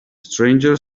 stranger